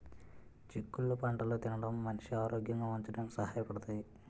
చిక్కుళ్ళు పంటలు తినడం మనిషి ఆరోగ్యంగా ఉంచడానికి సహాయ పడతాయి